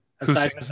Aside